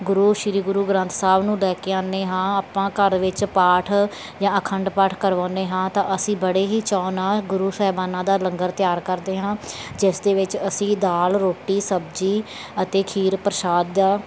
ਗੁਰੂ ਸ਼੍ਰੀ ਗੁਰੂ ਗ੍ਰੰਥ ਸਾਹਿਬ ਨੂੰ ਲੈ ਕੇ ਆਉਂਦੇ ਹਾਂ ਆਪਾਂ ਘਰ ਵਿੱਚ ਪਾਠ ਜਾਂ ਅਖੰਡ ਪਾਠ ਕਰਵਾਉਂਦੇ ਹਾਂ ਤਾਂ ਅਸੀਂ ਬੜੇ ਹੀ ਚਉ ਨਾਲ ਗੁਰੂ ਸਾਹਿਬਾਨਾਂ ਦਾ ਲੰਗਰ ਤਿਆਰ ਕਰਦੇ ਹਾਂ ਜਿਸ ਦੇ ਵਿੱਚ ਅਸੀਂ ਦਾਲ ਰੋਟੀ ਸਬਜ਼ੀ ਅਤੇ ਖੀਰ ਪ੍ਰਸ਼ਾਦ ਦਾ